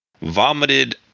vomited